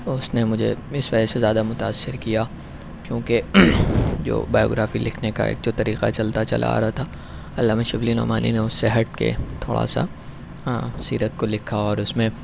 اس نے مجھے اس وجہ سے زیادہ متاثر کیا کیوں کہ جو بائیوگرافی لکھنے ایک کا جو طریقہ چلتا چلا آ رہا تھا علامہ شبلی نعمانی نے اس سے ہٹ کے تھوڑا سا سیرت کو لکھا اور اس میں